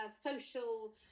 social